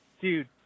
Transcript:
dude